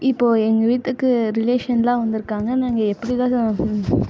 இப்போது எங்கள் வீட்டுக்கு ரிலேஷன்லாம் வந்திருக்காங்க நாங்கள் எப்படிதான்